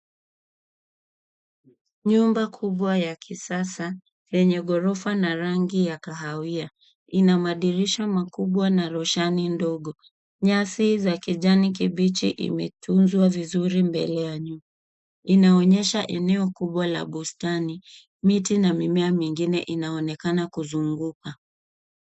Nyumba kubwa ya kisasa enye gorofa na rangi ya kahawia, ina madirisha makubwa na roshani ndogo. Nyasi za kijani kibichi imetunzwa vizuri mbele ya nyumba, inaonyesha eneo kubwa la bustani. Miti na mimea mingine inaonekana kuzunguka.